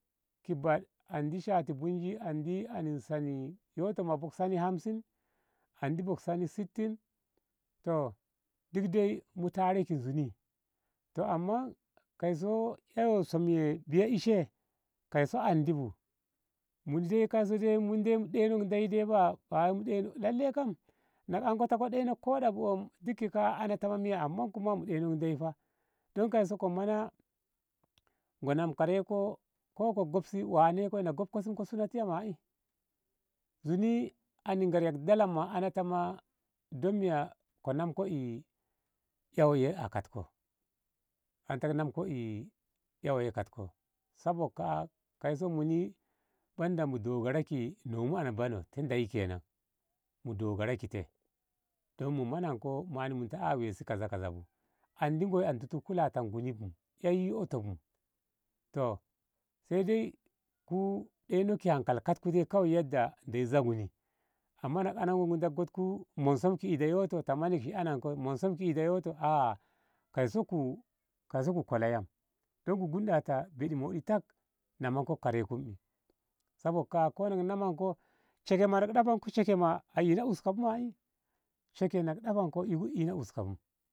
Ki baɗ andi shato bunji andi an sani yoto ma andi bok sanik hamsin andi bok sanin sittin toh duk dai mu tare ki zuni toh amma kaiso eiyo som e biya ishe kaiso andi bu muni dai kaiso muni dai mu ɗeinok ndeyi baya ba wai mudeino lalle kam na ko anko ta ko ina deino kauda bu wom duk ki ka'a a ana ta miya amma kuma mu ɗeinok ndeyi fa don kaiso ko mana ngo nam karen ko gobsi wane koi na ko gobko si ko suna tiya ma. i zunu anin ngarya giƙa ana ta ma don miya ko namko e ei woi katko sabok ka. a kaiso muni banda mu dogore ki nomu abano te ndeyi kenan mu dogore ki te don mu mananko mana a kaza kaza bu andi go to kulati nguni bu ei ƙoto bu toh sai dai ku deinok hankali katku dai kawai yadda ndeyi za nguni amma na ngu ananko ta go ku monsom ki ido ƙoto ta manakshi anan ko monson ki ido ƙoto a kaiso kaiso ku kola yam don ku gunɓanta ɓedi mohdi tak namanku karaikum i sabok ka. a ko ku naman ko sheshemak a ina uska bu ma. e shehe na ku ɗahanko ina uska bu.